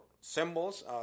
symbols